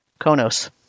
Konos